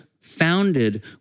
founded